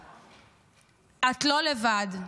ברשותך: את לא לבד.